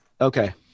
Okay